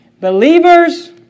believers